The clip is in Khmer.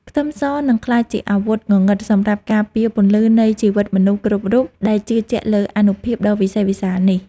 ខ្ទឹមសនឹងក្លាយជាអាវុធងងឹតសម្រាប់ការពារពន្លឺនៃជីវិតមនុស្សគ្រប់រូបដែលជឿជាក់លើអានុភាពដ៏វិសេសវិសាលនេះ។